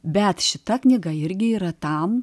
bet šita knyga irgi yra tam